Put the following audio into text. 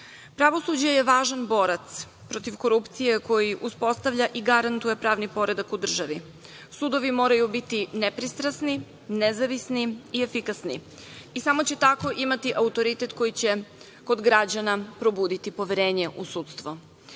državu. Pravosuđe je važan borac protiv korupcije, koji uspostavlja i garantuje pravni poredak u državi. Sudovi moraju biti nepristrasni, nezavisni i efikasni i samo će tako imati autoritet koji će kod građana probuditi poverenje u sudstvo. Meni